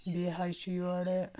بیٚیہِ حظ چھُ یورٕ